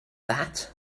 that